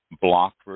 Block